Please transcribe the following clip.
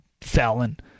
felon